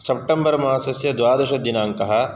September मासस्य द्वादशदिनाङ्कः